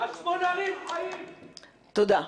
תודה.